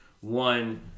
one